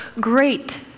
great